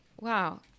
wow